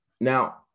Now